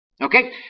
Okay